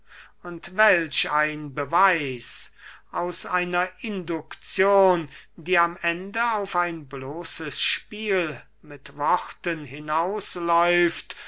und welch ein beweis aus einer indukzion die am ende auf ein bloßes spiel mit worten hinaus läuft